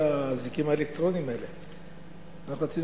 הצעת חוק פיקוח אלקטרוני על משוחררים בערובה ומשוחררים על-תנאי